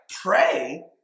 pray